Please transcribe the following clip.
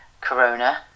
corona